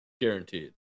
guaranteed